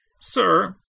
Sir